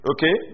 Okay